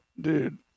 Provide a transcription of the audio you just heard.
Dude